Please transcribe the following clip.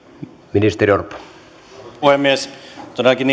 arvoisa puhemies todellakin